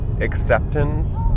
acceptance